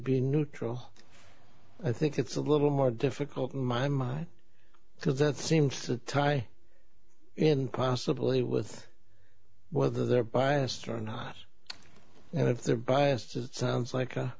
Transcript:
be neutral i think it's a little more difficult my mind because that seems to tie in possibly with whether they're biased or not and if they're biased it sounds like